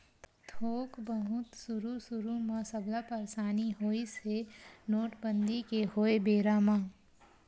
थोक बहुत सुरु सुरु म सबला परसानी होइस हे नोटबंदी के होय बेरा म